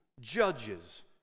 judges